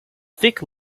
thick